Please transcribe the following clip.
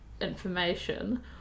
information